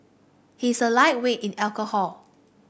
he is a lightweight in alcohol